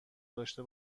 داشته